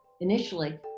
initially